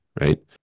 right